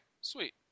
Sweet